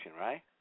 right